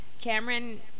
Cameron